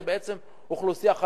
זה בעצם אוכלוסייה חלשה,